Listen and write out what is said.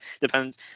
depends